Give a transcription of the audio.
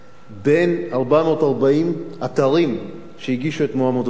בין 440 האתרים שהגישו את מועמדותם,